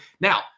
Now